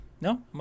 No